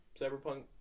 Cyberpunk